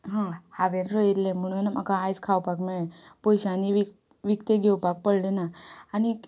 हा हांवेन रोयल्लें म्हणून म्हाका आयज खावपाक मेळें पयशांनी विक विकतें घेवपाक पडलें ना आनीक